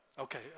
Okay